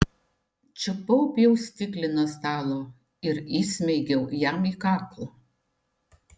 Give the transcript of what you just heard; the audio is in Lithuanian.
čiupau pjaustiklį nuo stalo ir įsmeigiau jam į kaklą